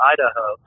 Idaho